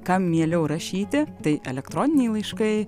kam mieliau rašyti tai elektroniniai laiškai